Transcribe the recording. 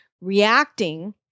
reacting